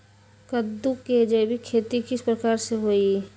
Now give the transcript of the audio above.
कददु के जैविक खेती किस प्रकार से होई?